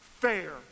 fair